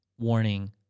Warning